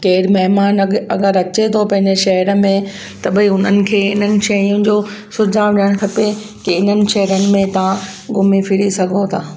केर महिमान अग अगरि अचे थो पंहिंजे शहर में त भई हुननि खे इन्हनि शयुनि जो सुञाण ॾियणु खपे कि इन्हनि शहरनि में तव्हां घुमीं फ़िरी सघो था